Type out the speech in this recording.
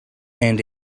and